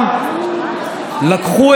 החוצה.